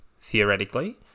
theoretically